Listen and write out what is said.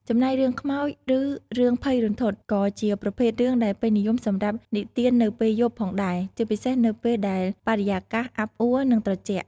ចំណែករឿងខ្មោច ឬរឿងភ័យរន្ធត់ ក៏ជាប្រភេទរឿងដែលពេញនិយមសម្រាប់និទាននៅពេលយប់ផងដែរ ជាពិសេសនៅពេលដែលបរិយាកាសអាប់អួរ និងត្រជាក់។